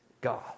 God